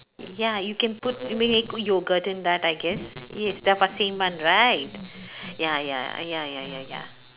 ya you can put you may put yogurt in that I guess yes that was same one right ya ya ya ya ya ya